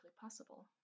possible